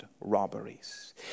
robberies